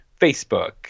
Facebook